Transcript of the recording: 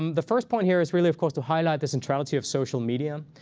um the first point here is really, of course, to highlight the centrality of social media,